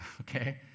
Okay